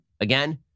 again